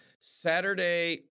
Saturday